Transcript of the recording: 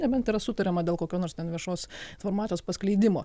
nebent yra sutariama dėl kokio nors ten viešos informacijos paskleidimo